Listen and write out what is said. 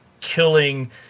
killing